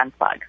unplug